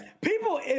people